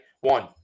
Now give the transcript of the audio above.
One